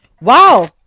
Wow